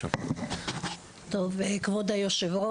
טוב, כבוד יושבי